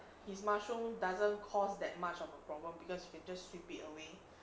his mushroom doesn't cost that much of a problem because you can just sweep it away